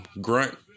grunt